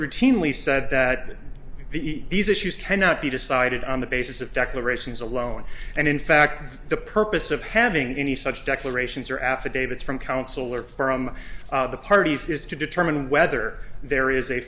routinely said that the these issues cannot be decided on the basis of declarations alone and in fact the purpose of having any such declarations or affidavits from counsel or from the parties is to determine whether there is a